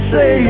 Say